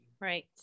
Right